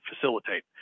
facilitate